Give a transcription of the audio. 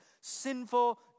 sinful